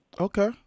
Okay